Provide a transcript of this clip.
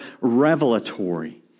revelatory